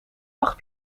acht